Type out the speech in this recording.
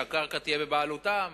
שהקרקע תהיה בבעלותם,